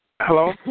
Hello